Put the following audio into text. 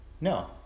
No